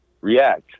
react